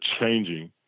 changing